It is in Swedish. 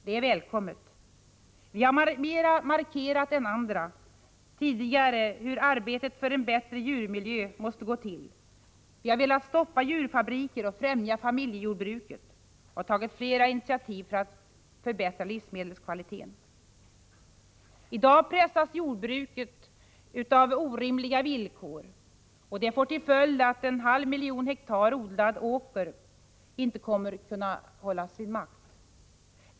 Det är välkommet. Vi har markerat mer än andra hur arbetet för en bättre djurmiljö måste gå till. Vi har velat stoppa djurfabriker och främja familjejordbruket och har tagit flera initiativ för att förbättra livsmedelskvaliteten. Jordbruket pressas i dag av orimliga villkor, och det får till följd att en halv miljon hektar odlad åker inte kommer att kunna bibehållas.